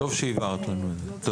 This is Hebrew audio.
טוב שהבהרת לנו את זה.